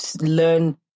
learn